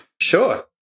Sure